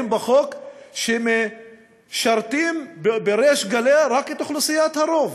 בחוק שמשרתים בריש גלי רק את אוכלוסיית הרוב?